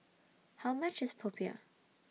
How much IS Popiah